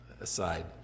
aside